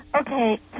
okay